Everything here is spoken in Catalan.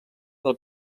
del